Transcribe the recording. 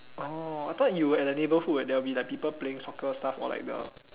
orh I thought you at the neighbourhood there will be the people playing soccer stuff or like the